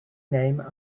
name